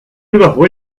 überhole